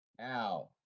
Now